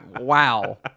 Wow